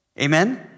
Amen